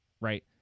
right